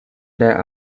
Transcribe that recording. there